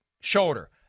shoulder